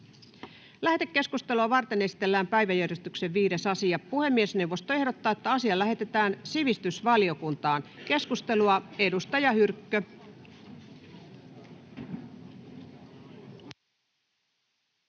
Lähetekeskustelua varten esitellään päiväjärjestyksen 5. asia. Puhemiesneuvosto ehdottaa, että asia lähetetään sivistysvaliokuntaan. — Keskustelua, edustaja Hyrkkö.